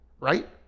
right